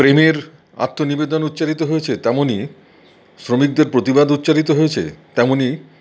প্রেমের আত্মনিবেদন উচ্চারিত হয়েছে তেমনি শ্রমিকদের প্রতিবাদ উচ্চারিত হয়েছে তেমনি